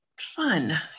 Fun